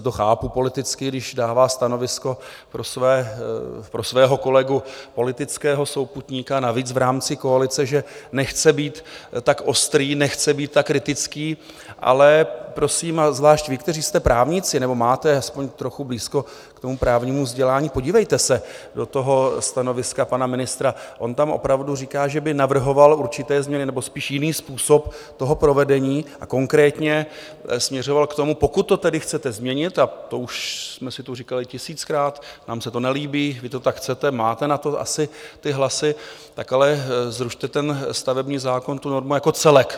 To chápu politicky, když dává stanovisko pro svého kolegu politického souputníka, navíc v rámci koalice, že nechce být tak ostrý, nechce být tak kritický, ale prosím, a zvlášť vy, kteří jste právníci nebo máte aspoň trochu blízko k tomu právnímu vzdělání podívejte se do toho stanoviska pana ministra, on tam opravdu říká, že by navrhoval určité změny nebo spíš jiný způsob toho provedení, a konkrétně směřoval k tomu, pokud to tedy chcete změnit, a to už jsme si tu říkali tisíckrát nám se to nelíbí, vy to tak chcete, máte na to asi ty hlasy tak ale zrušte ten stavební zákon, tu normu jako celek.